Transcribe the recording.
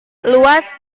luas